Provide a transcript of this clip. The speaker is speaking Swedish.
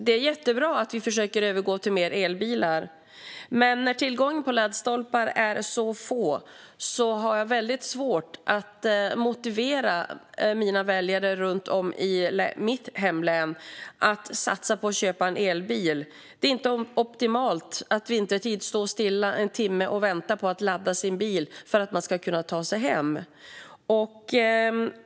Det är jättebra att vi försöker övergå till mer elbilar, men när tillgången på laddstolpar är så dålig har jag väldigt svårt att motivera mina väljare runt om i mitt hemlän att satsa på att köpa en elbil. Det är inte optimalt att vintertid stå stilla i en timme och vänta på att ladda sin bil för att man ska kunna ta sig hem.